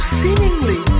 seemingly